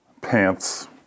pants